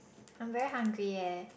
I'm very hungry eh